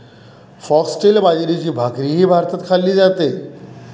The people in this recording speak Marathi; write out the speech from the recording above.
फॉक्सटेल बाजरीची भाकरीही भारतात खाल्ली जाते